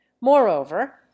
moreover